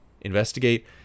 investigate